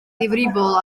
ddifrifol